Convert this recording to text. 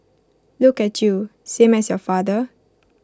look at you same as your father